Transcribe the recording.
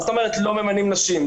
מה זאת אומרת לא ממנים נשים?